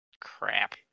Crap